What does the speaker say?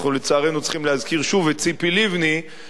אנחנו לצערנו צריכים להזכיר שוב את ציפי לבני,